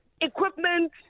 equipment